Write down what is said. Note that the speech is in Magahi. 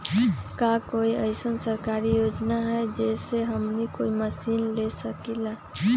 का कोई अइसन सरकारी योजना है जै से हमनी कोई मशीन ले सकीं ला?